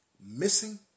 missing